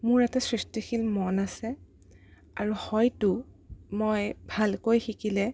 মোৰ এটা সৃষ্টিশীল মন আছে আৰু হয়তো মই ভালকৈ শিকিলে